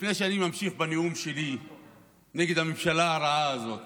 לפני שאני ממשיך בנאום שלי נגד הממשלה הרעה הזאת